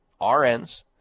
RNs